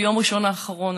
ביום ראשון האחרון,